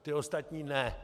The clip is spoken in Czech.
Ti ostatní ne.